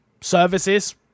services